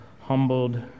humbled